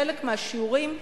בחלק מהשיעורים,